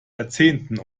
jahrzehnten